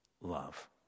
love